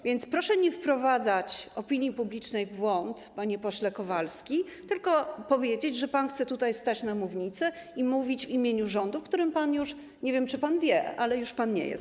Więc proszę nie wprowadzać opinii publicznej w błąd, panie pośle Kowalski, tylko powiedzieć, że pan chce tutaj stać na mównicy i mówić w imieniu rządu, w którym - nie wiem, czy pan wie - już pan nie jest.